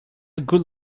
good